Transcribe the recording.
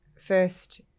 first